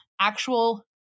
actual